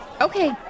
Okay